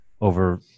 over